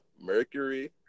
Mercury